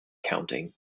counting